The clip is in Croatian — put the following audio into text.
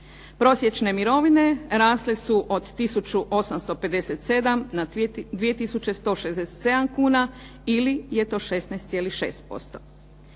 Prosječne mirovine rasle su od 1857 na 2167 kuna ili je to 16,6%.